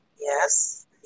Yes